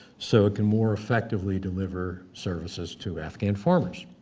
so it can more effectively deliver services to afghan farmers.